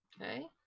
Okay